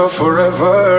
forever